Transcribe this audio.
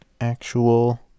actual